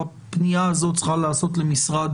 - תכף נשמע אותו הפנייה הזאת צריכה להיעשות למשרד